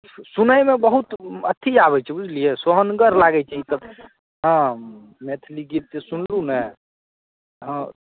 सुनैमे बहुत अथि आबैत छै बुझलियै सोहनगर लागैत छै ईसभ हँ मैथिली गीत जे सुनि लू ने हँ